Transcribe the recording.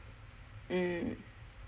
mm